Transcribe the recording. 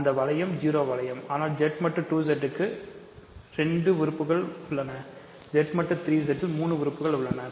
அந்த வளையம் 0 வளையம் ஆகும் ஆனால் Z மட்டு 2 Z க்கு 2 உறுப்புகள் உள்ளன Z மட்டு 3 Z க்கு 3 உறுப்புகள் உள்ளன